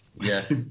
Yes